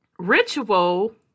Ritual